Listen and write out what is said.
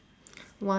one